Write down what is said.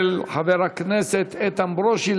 של חבר הכנסת איתן ברושי.